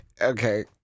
Okay